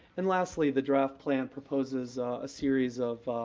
and, lastly, the draft plan proposes a series of